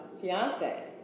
fiance